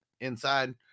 inside